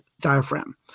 diaphragm